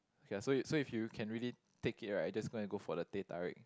ya so you so if you can really take it right just go and go for the teh tarik